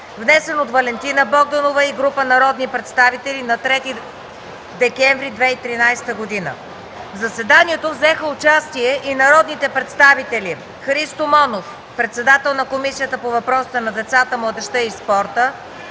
внесен от Валентина Богданова и група народни представители на 3 декември 2013 г. В заседанието взеха участие и народните представители Христо Монов – председател на Комисията по въпросите на децата, младежта и спорта,